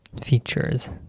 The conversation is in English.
Features